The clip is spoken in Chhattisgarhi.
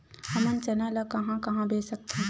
हमन चना ल कहां कहा बेच सकथन?